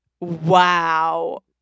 Wow